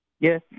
Yes